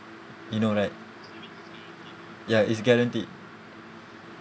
you know right ya it's guaranteed